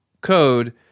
code